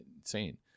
insane